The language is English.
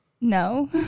No